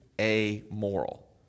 amoral